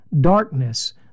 darkness